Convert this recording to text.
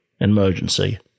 emergency